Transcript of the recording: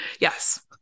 yes